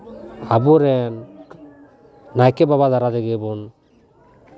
ᱟᱵᱚ ᱨᱮᱱ ᱱᱟᱭᱠᱮ ᱵᱟᱵᱟ ᱫᱟᱨᱟᱭ ᱛᱮᱜᱮ ᱵᱚᱱ